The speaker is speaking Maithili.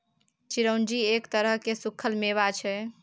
चिरौंजी एक तरह केर सुक्खल मेबा छै